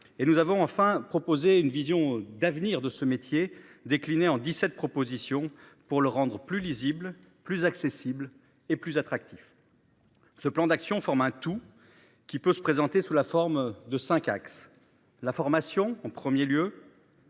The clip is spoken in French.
et nous avons enfin proposer une vision d'avenir de ce métier, déclinées en 17 propositions pour le rendre plus lisibles, plus accessibles et plus attractif. Ce plan d'action forment un tout qui peut se présenter sous la forme de 5 axes, la formation en premier lieu.